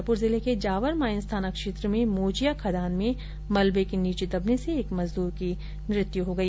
वहीं उदयपुर जिले के जावर माइंस थाना क्षेत्र में मोचिया खदान में मलबे के नीचे दबने से एक मजदूर की मृत्यु हो गई